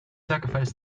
sacrifice